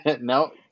No